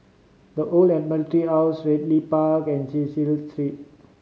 The Old Admiralty House Ridley Park and Cecil Street